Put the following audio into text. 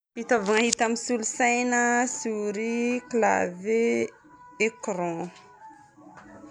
Fitaovagna hita amin'ny solosaina: souris, clavier, écran.